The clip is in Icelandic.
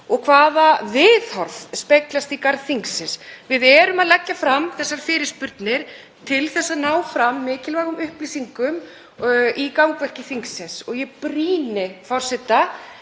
og hvaða viðhorf speglast í garð þingsins. Við leggjum fram þessar fyrirspurnir til að ná fram mikilvægum upplýsingum fyrir gangvirki þingsins. Ég brýni forseta